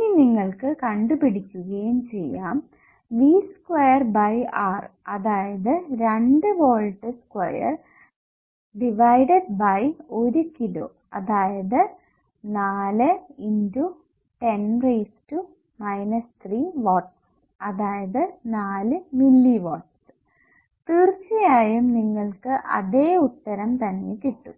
ഇനി നിങ്ങൾക്ക് കണ്ടുപിടിക്കുകയും ചെയ്യാം V സ്ക്വയർ ബൈ R അതായത് 2 volt square divided by 1 kilo അതായത് 4 x 10 3 വാട്ട്സ് അതായത് 4 മില്ലിവാട്ടസ് തീർച്ചയായും നിങ്ങൾക്ക് അതേ ഉത്തരം തന്നെ കിട്ടും